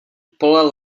pole